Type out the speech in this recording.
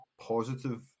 positive